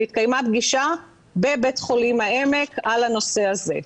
והתקיימה פגישה בבית החולים העמק על הנושא הזה.